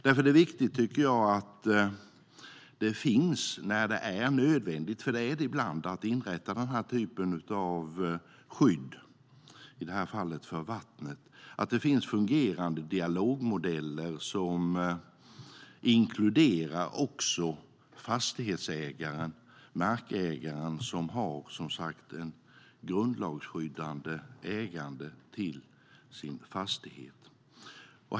Därför tycker jag att det är viktigt att det när det är nödvändigt att inrätta denna typ av skydd - för det är det ibland - av i det här fallet vatten finns fungerande dialogmodeller som inkluderar också fastighetsägaren och markägaren, som alltså har ett grundlagsskyddat ägande av sin fastighet.